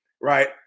Right